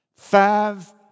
Five